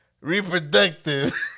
reproductive